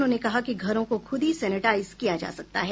उन्होंने कहा कि घरों को खुद ही सैनिटाइज किया जा सकता है